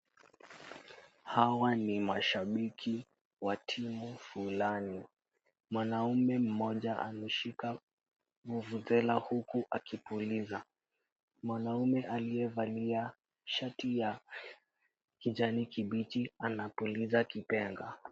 Hawa ni mashambiki wa timu fulani, mwanaume mmoja ameshika vuvuzela huku akipuliza, mwanaume aliyevalia shati ya kijani kibichi anapuliza kipenga.